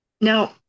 Now